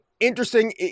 Interesting